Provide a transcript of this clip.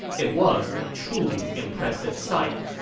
it was a truly impressive sight